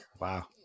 Wow